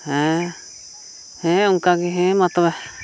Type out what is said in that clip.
ᱦᱮᱸ ᱦᱮᱸ ᱚᱱᱠᱟᱜᱮ ᱦᱮᱸ ᱢᱟ ᱛᱚᱵᱮ